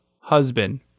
husband